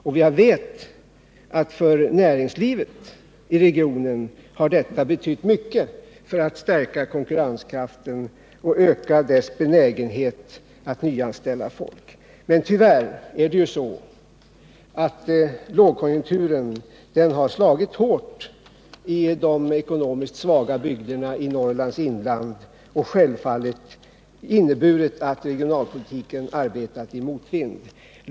Jag vet att detta för näringslivet i regionen har betytt mycket för att stärka konkurrenskraften och öka benägenheten att nyanställa folk. Men lågkonjunkturen har tyvärr slagit hårt i de ekonomiskt svaga bygderna i Norrlands inland och självfallet inneburit att regionalpolitiken arbetat i motvind.